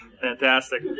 Fantastic